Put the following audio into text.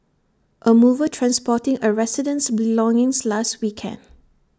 A mover transporting A resident's belongings last weekend